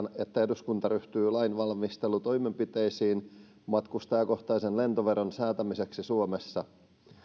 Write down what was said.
että eduskunta ryhtyy lainvalmistelutoimenpiteisiin matkustajakohtaisen lentoveron säätämiseksi suomessa